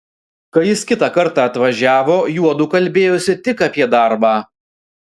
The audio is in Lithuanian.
kai jis kitą kartą atvažiavo juodu kalbėjosi tik apie darbą